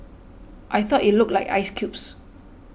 I thought it looked like ice cubes